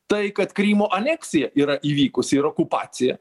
tai kad krymo aneksija yra įvykusi ir okupacija